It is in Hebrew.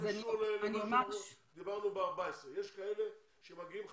זה לא קשור למה שדיברנו, יש כאלה שמגיעים חדשים,